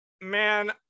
Man